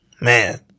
Man